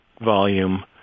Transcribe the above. volume